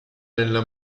nella